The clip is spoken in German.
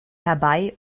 herbei